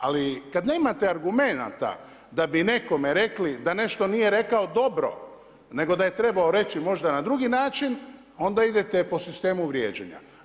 Ali kad nemate argumenata da bi nekome rekli da nešto nije rekao dobro, nego da je trebao reći možda na drugi način, onda idete po sistemu vrijeđanja.